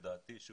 לדעתי,